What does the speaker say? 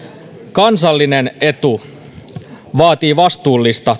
kansallinen etu vaatii vastuullista